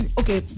okay